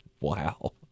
wow